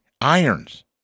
Irons